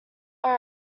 all